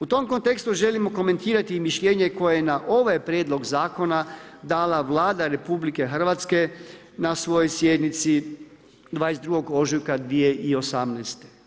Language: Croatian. U tom kontekstu želimo komentirati i mišljenje koje je na ovaj prijedlog zakona dala Vlada RH na svojoj sjednici 22. ožujka 2018.